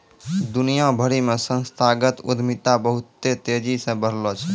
दुनिया भरि मे संस्थागत उद्यमिता बहुते तेजी से बढ़लो छै